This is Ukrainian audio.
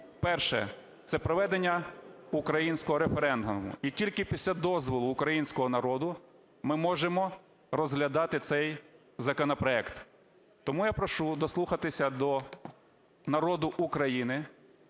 Перше – це проведення українського референдуму, і і тільки після дозволу українського народу ми можемо розглядати цей законопроект. Тому я прошу дослухатися до народу України,